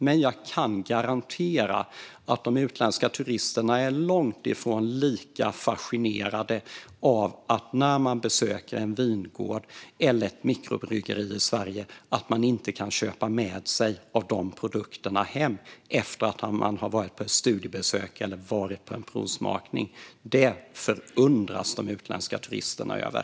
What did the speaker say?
Men jag kan garantera att de utländska turisterna är långt ifrån lika fascinerade när de besöker en vingård eller ett mikrobryggeri i Sverige och inte kan köpa med sig produkter hem efter studiebesöket eller provsmakningen. Detta förundras de utländska turisterna över.